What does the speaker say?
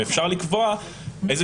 ואפשר לקבוע איזה